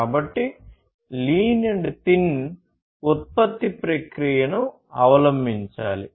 కాబట్టి lean and thin ఉత్పత్తి ప్రక్రియను అవలంబించాలి